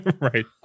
Right